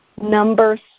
Number